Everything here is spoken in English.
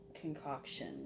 concoction